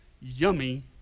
yummy